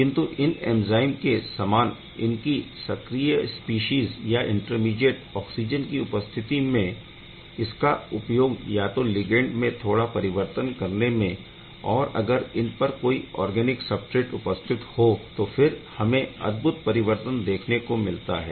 किंतु इन एंज़ाइम के समान इनकी सक्रिय स्पीशीज़ या इंटरमीडीएट ऑक्सिजन की उपस्थिति में इसका उपयोग या तो लिगैण्ड में थोड़ा परिवर्तन करने में और अगर इन पर कोई ऑर्गैनिक सबस्ट्रेट उपस्थिति हो तो फिर हमें अद्भुत परिवर्तन देखने को मिलता है